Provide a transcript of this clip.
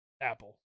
apple